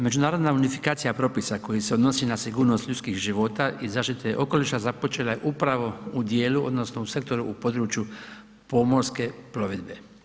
Međunarodna unifikacija propisa koja se odnosi na sigurnost ljudskih života i zaštite okoliša, započela je upravo u dijelu odnosno u sektoru u području pomorske plovidbe.